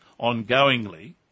ongoingly